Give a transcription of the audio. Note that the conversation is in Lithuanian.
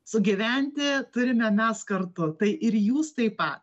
sugyventi turime mes kartu tai ir jūs taip pat